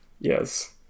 yes